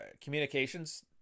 communications